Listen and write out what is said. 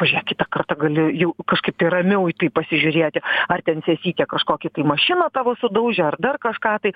pažiūrėk kitą kartą gali jau kažkaip tai ramiau į tai pasižiūrėti ar ten sesytę kažkokį tai mašiną tavo sudaužė ar dar kažką tai